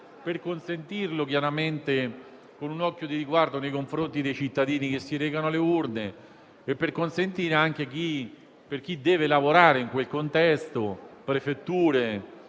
chiaramente con un occhio di riguardo nei confronti dei cittadini che si recano alle urne, nonché per consentire a chi deve lavorare in quel contesto - prefetture